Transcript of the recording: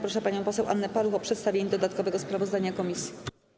Proszę panią poseł Annę Paluch o przedstawienie dodatkowego sprawozdania komisji.